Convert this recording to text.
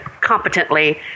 competently